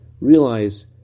realize